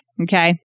Okay